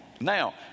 now